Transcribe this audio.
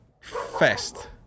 fest